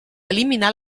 eliminar